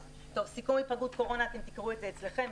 סיכום היפגעות קורונה אתם תקראו את זה אצלכם.